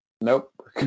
Nope